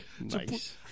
Nice